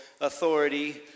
authority